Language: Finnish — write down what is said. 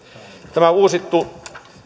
tämä uusittu